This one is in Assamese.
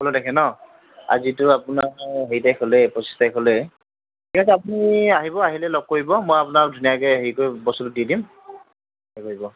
ষোল্ল তাৰিখে ন' আজিতো আপোনাৰ হেৰি তাৰিখ হ'লেই পঁচিছ তাৰিখ হ'লেই ঠিক আছে আপুনি আহিব আহিলে লগ কৰিব মই আপোনাক ধুনীয়াকৈ হেৰি কৰি বস্তুটো দি দিম হেৰি কৰিব